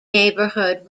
neighborhood